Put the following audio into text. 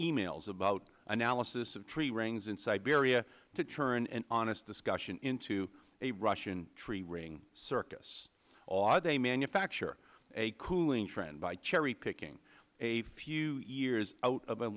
e mails about analysis of tree rings in siberia to turn an honest discussion into a russian tree ring circus or they manufacture a cooling trend by cherry picking a few years out of a